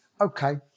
okay